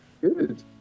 Good